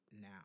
now